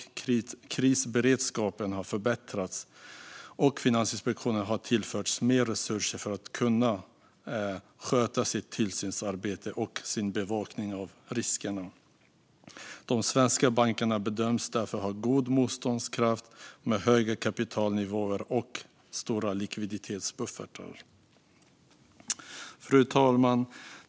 Krisberedskapen har förbättrats, och Finansinspektionen har tillförts mer resurser för att kunna sköta sitt tillsynsarbete och sin bevakning av riskerna. De svenska bankerna bedöms därför ha god motståndskraft med höga kapitalnivåer och stora likviditetsbuffertar. Fru talman!